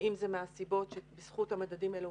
ואם זה מהסיבות שבזכות המדדים האלה,